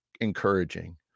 encouraging